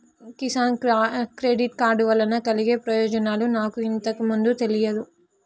Kisan credit card వలన కలిగే ప్రయోజనాలు నాకు ఇంతకు ముందు తెలియదు